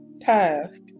task